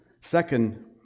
Second